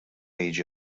jiġi